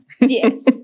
Yes